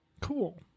Cool